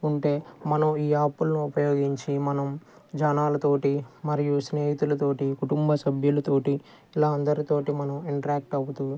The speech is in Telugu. ఉంటే మనం ఈ యాప్లు ఉపయోగించి మనం జనాలతోటి మరియు స్నేహితులతోటి కుటుంబ సభ్యులతోటి ఇలా అందరి తోటి మనం ఇంటరాక్ట్ అవుతూ